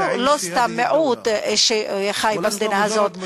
אנחנו לא סתם מיעוט שחי במדינה הזאת,